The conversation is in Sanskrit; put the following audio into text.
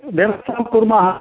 व्यवस्थां कुर्मः